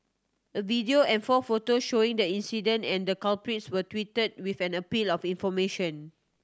a video and four photos showing the incident and the culprits were tweeted with an appeal of information